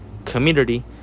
community